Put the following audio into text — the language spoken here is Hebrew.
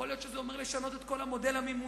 יכול להיות שזה אומר לשנות את כל המודל המימוני,